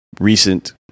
recent